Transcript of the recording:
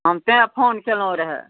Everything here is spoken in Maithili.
हम तेॅं फोन केलहुॅं रहए